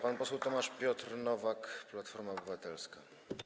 Pan poseł Tomasz Piotr Nowak, Platforma Obywatelska.